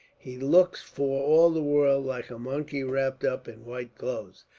he looks for all the world like a monkey, wrapped up in white clothes,